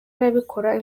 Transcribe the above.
arabikora